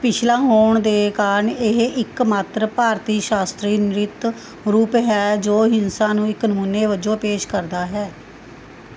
ਪਿਛਲਾ ਹੋਣ ਦੇ ਕਾਰਨ ਇਹ ਇੱਕ ਮਾਤਰ ਭਾਰਤੀ ਸ਼ਾਸਤਰੀ ਨ੍ਰਿਤ ਰੂਪ ਹੈ ਜੋ ਹਿੰਸਾ ਨੂੰ ਇੱਕ ਨਮੂਨੇ ਵਜੋਂ ਪੇਸ਼ ਕਰਦਾ ਹੈ